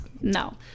No